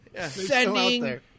sending